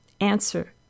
Answer